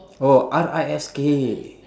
oh R I S K